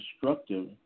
destructive